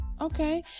okay